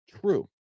True